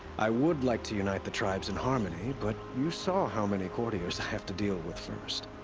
i would like to unite the tribes in harmony, but. you saw how many courtiers i have to deal with first.